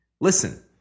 Listen